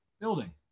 building